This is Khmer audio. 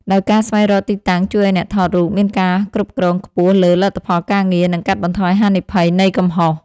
ដោយការស្វែងរកទីតាំងជួយឱ្យអ្នកថតរូបមានការគ្រប់គ្រងខ្ពស់លើលទ្ធផលការងារ និងកាត់បន្ថយហានិភ័យនៃកំហុស។